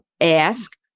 ask